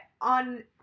on